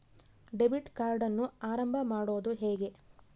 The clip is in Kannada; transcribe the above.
ಡೆಬಿಟ್ ಕಾರ್ಡನ್ನು ಆರಂಭ ಮಾಡೋದು ಹೇಗೆ?